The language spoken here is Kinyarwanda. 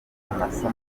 amasomo